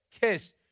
kiss